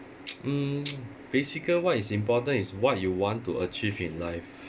mm basically what is important is what you want to achieve in life